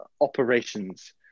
operations